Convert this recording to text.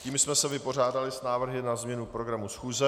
Tím jsme se vypořádali s návrhy na změnu programu schůze.